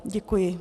Děkuji.